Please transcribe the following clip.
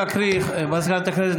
מזכירת הכנסת,